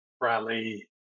rally